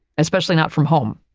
especially not from home.